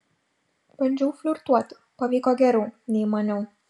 bandžiau flirtuoti pavyko geriau nei maniau